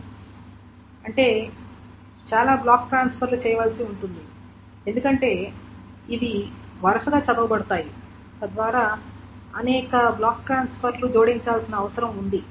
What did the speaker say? మిగతావన్నీ చదవబడతాయి అంటే చాలా బ్లాక్ ట్రాన్స్ఫర్ లు చేయవలసి ఉంది ఎందుకంటే ఇవి వరుసగా చదవబడతాయి తద్వారా అనేక బ్లాక్ ట్రాన్స్ఫర్ లు జోడించాల్సిన అవసరం ఉంది